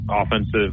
offensive